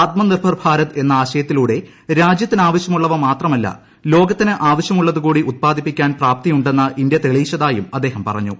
ആത്മനിർഭർ ഭാരത് എന്ന ആശയത്തിലൂടെ രാജ്യത്തിന് ആവശ്യമുള്ളവ മാത്രമല്ല ലോകത്തിന് ആവശ്യമുള്ളത് കൂടി ഉത്പാദിപ്പിക്കാൻ പ്രാപ്തിയുണ്ടെന്ന് ഇന്ത്യ തെളിയിച്ചതായും അദ്ദേഹം പറഞ്ഞു